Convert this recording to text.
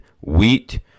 wheat